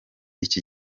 iki